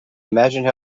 imagined